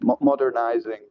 Modernizing